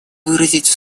выразить